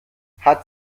hat